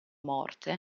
morte